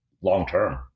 long-term